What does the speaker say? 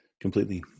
completely